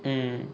mm